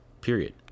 period